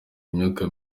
imyuka